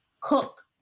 cook